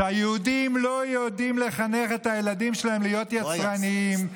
שהיהודים לא יודעים לחנך את הילדים שלהם להיות יצרניים,